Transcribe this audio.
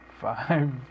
five